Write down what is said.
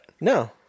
No